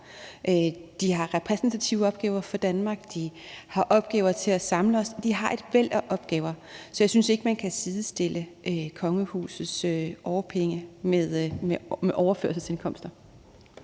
De har repræsentative opgaver for Danmark, de har opgaver i forhold til at samle os, de har et væld af opgaver. Så jeg synes ikke, man kan sidestille kongehusets årpenge med overførselsindkomster.